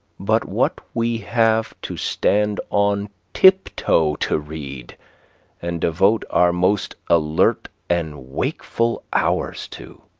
but what we have to stand on tip-toe to read and devote our most alert and wakeful hours to.